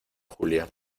julia